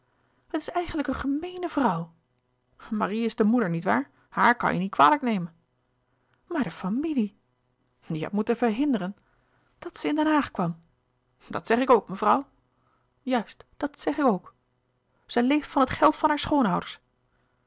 het is eigenlijk een gemeene vrouw marie is de moeder niet waar haàr kan je niet kwalijk nemen maar de familie die had moeten verhinderen dat ze in den haag kwam dat zeg ik ook mevrouw juist dàt zeg ik ook ze leeft van het geld van haar schoonouders